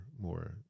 more